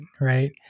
right